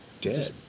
Dead